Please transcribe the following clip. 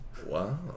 wow